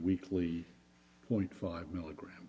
weekly point five milligram